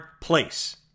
place